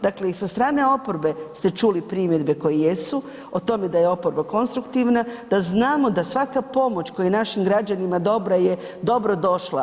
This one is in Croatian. Dakle, i sa strane oporbe ste čuli primjedbe koje jesu o tome da je oporba konstruktivna, da znamo da svaka pomoć koja je našim građanima dobra je dobrodošla.